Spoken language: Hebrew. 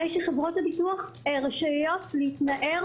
הרי שחברות הביטוח רשאיות להתנער,